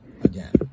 again